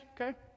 okay